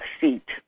seat